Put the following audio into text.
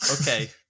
okay